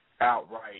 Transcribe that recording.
outright